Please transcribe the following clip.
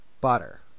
butter